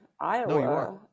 Iowa